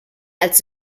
als